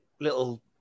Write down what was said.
little